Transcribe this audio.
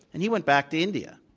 and he went back to india.